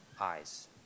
eyes